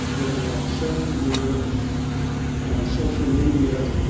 during that same year on social media,